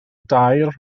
dair